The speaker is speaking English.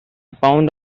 pound